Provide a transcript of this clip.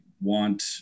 want